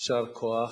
יישר כוח.